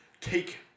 take